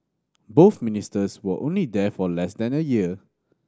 both Ministers were only there for less than a year